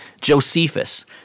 Josephus